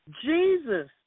Jesus